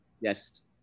Yes